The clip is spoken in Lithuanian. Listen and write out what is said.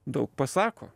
daug pasako